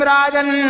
Rajan